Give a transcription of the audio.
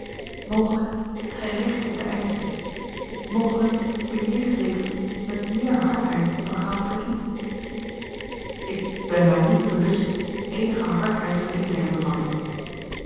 mogelijk hebt gij recht dit te eischen mogelijk bejegende ik u met meer hardheid dan gij hadt verdiend ik ben mij niet bewust eenige hardheid verdiend te hebben van u